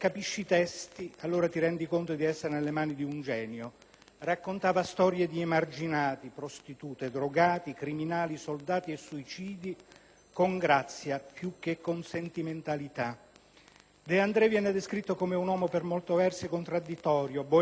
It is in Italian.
Raccontava storie di emarginati, prostitute, drogati, criminali, soldati e suicidi, con grazia più che con sentimentalità. De André viene descritto come un uomo per molti versi contradditorio: *bohémien*, timido e sensibile, intellettuale e populista.